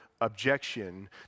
objection